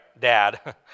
Dad